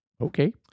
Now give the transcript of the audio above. Okay